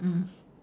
mm mm